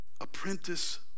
Apprentice